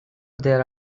there